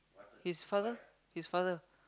his father his father